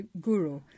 guru